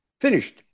Finished